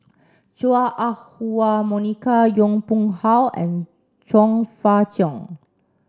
Chua Ah Huwa Monica Yong Pung How and Chong Fah Cheong